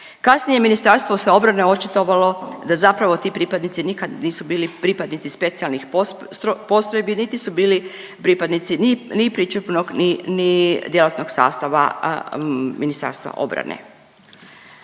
kasnije je Ministarstvo se obrane očitovalo da zapravo ti pripadnici nikad nisu bili pripadnici specijalnih postrojbi niti su bili pripadnici ni pričuvnog ni djelatnog sastava Ministarstva obrane.